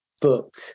book